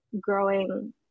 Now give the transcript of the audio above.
growing